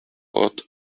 what